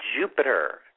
Jupiter